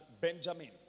Benjamin